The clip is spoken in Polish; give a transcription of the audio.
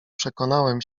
przekonałem